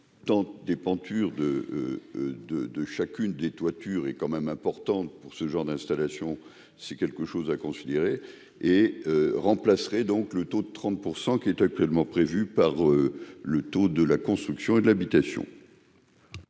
peintures de de de chacune des toitures est quand même importante pour ce genre d'installation, c'est quelque chose à considérer et remplacerait donc le taux de 30 % qui est actuellement prévue par le taux de la construction et de l'habitation.